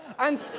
and.